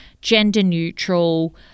gender-neutral